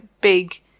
big